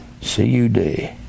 C-U-D